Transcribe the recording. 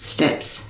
Steps